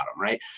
right